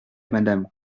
madame